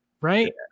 right